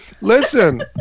Listen